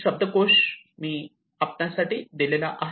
तुमचे आभार